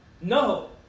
No